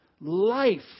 Life